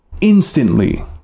instantly